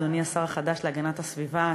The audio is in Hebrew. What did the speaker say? אדוני השר החדש להגנת הסביבה,